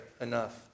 enough